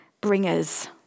bringers